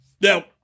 Now